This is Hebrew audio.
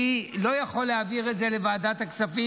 אני לא יכול להעביר את זה לוועדת הכספים